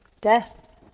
Death